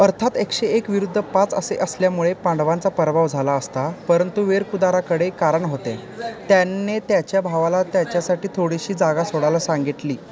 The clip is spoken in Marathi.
अर्थात एकशे एक विरुद्ध पाच असे असल्यामुळे पांडवांचा परभव झाला असता परंतु वेरकुदाराकडे कारण होते त्यांनी त्याच्या भावाला त्याच्यासाठी थोडीशी जागा सोडायला सांगितली